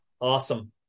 Awesome